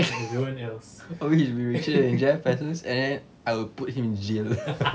he will be richer than jeff bezos and then I will put him in jail